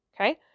Okay